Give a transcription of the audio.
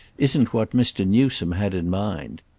isn't what mr. newsome had in mind.